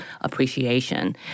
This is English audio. appreciation